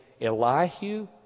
Elihu